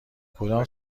کدام